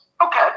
Okay